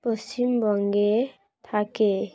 পশ্চিমবঙ্গে থাকে